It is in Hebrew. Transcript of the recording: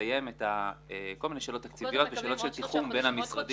לסיים כל מיני שאלות תקציביות ושאלות של תיחום בין המשרדים.